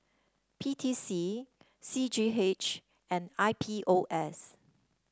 P T C C G H and I P O S